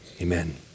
Amen